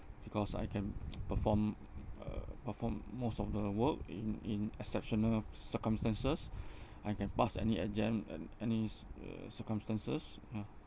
because I can perform uh perform most of the work in in exceptional circumstances I can pass any exam and any c~ uh circumstances ya